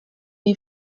jej